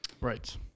Right